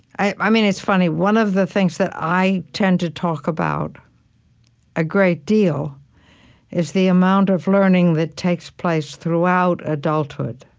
i mean it's funny. one of the things that i tend to talk about a great deal is the amount of learning that takes place throughout adulthood.